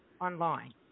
online